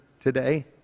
today